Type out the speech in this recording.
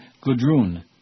Gudrun